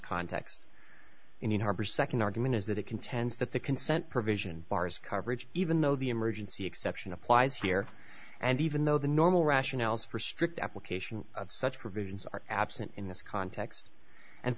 context in the harbor second argument is that it contends that the consent provision bars coverage even though the emergency exception applies here and even though the normal rationales for strict application of such provisions are absent in this context and